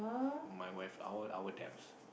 my wife our our debts